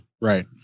Right